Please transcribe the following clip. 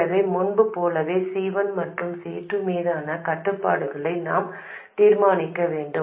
எனவே முன்பு போலவே C1 மற்றும் C2 மீதான கட்டுப்பாடுகளை நாம் தீர்மானிக்க வேண்டும்